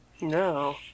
No